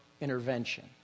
intervention